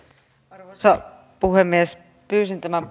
arvoisa puhemies pyysin tämän